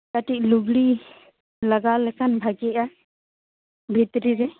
ᱠᱟᱹᱴᱤᱡ ᱞᱩᱜᱽᱲᱤ ᱞᱟᱜᱟᱣ ᱞᱮᱠᱷᱟᱱ ᱵᱷᱟᱹᱜᱤᱜᱼᱟ ᱵᱷᱤᱛᱨᱤ ᱨᱮ